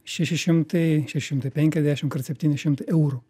šeši šimtai šeši šimtai penkiasdešimt kartais septyni šimtai eurų